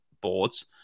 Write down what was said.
boards